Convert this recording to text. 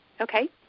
Okay